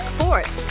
Sports